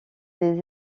des